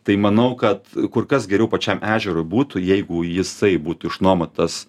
tai manau kad kur kas geriau pačiam ežerui būtų jeigu jisai būtų išnuomotas